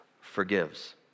forgives